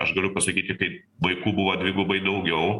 aš turiu pasakyti kaip vaikų buvo dvigubai daugiau